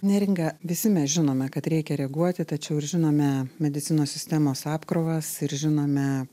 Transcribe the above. neringa visi mes žinome kad reikia reaguoti tačiau ir žinome medicinos sistemos apkrovas ir žinome